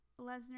Lesnar